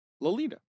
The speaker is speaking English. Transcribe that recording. Lolita